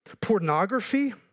Pornography